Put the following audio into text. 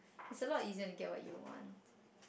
is a lot easier to get what you want